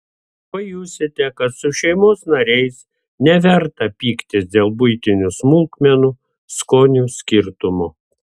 pajusite kad su šeimos nariais neverta pyktis dėl buitinių smulkmenų skonių skirtumo